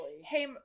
Hey